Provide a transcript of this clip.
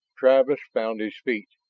travis found his feet,